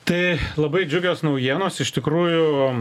tai labai džiugios naujienos iš tikrųjų